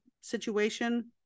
situation